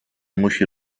musi